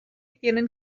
tienen